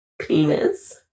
penis